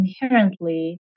inherently